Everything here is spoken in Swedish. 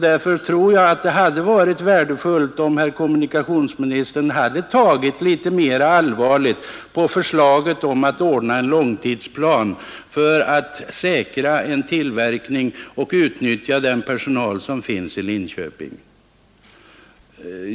Därför tror jag att det hade varit värdefullt om herr kommunikationsministern hade tagit mer allvarligt på förslaget att få till stånd en långtidsplan för att säkra tillverkningen och ge sysselsättning åt den personal som finns i Linköping.